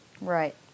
Right